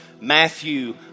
Matthew